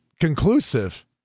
conclusive